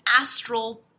astral